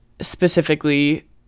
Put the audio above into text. specifically